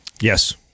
Yes